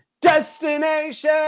destination